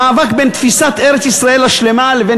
המאבק בין תפיסת ארץ-ישראל השלמה לבין